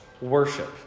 worship